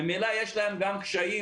ממילא יש להם גם קשיים,